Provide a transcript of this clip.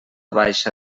baixa